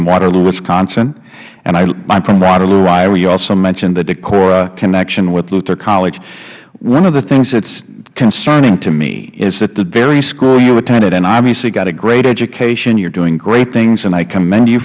in waterloo wisconsin and i am from waterloo iowa you also mentioned the decorah connection with luther college one of the things that is concerning to me is that the very school you attended and obviously got a great education you are doing great things and i commend you